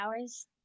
hours